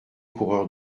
coureur